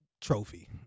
trophy